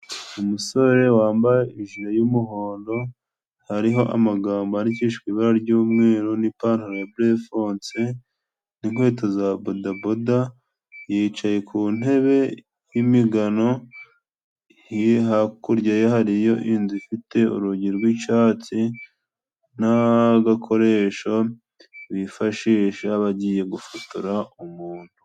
Umusore wambaye ijire y'umuhondo hariho amagambo yandikishijwe ibara ry'umweru n'ipantaro ya burefonse, inkweto za bodaboda yicaye ku ntebe y'imigano , hakurya ye hariyo inzu ifite urugi rw'icatsi n'gakoresho bifashisha bagiye gufotora umuntu.